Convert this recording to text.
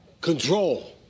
control